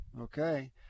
Okay